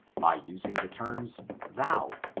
by using the terms, thou,